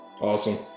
Awesome